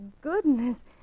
goodness